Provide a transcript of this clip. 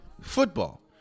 Football